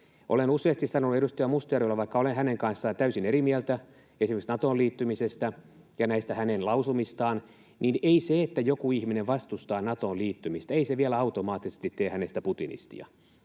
Olen useasti sanonut edustaja Mustajärvelle, että vaikka olen hänen kanssaan täysin eri mieltä esimerkiksi Natoon liittymisestä ja näistä hänen lausumistaan, niin ei se, että joku ihminen vastustaa Natoon liittymistä, vielä automaattisesti tee hänestä putinistia.